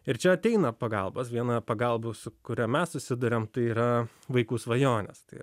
ir čia ateina pagalbos viena pagalba su kuria mes susiduriam tai yra vaikų svajonės tai